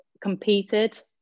competed